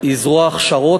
היא זרוע ההכשרות.